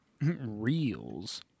Reels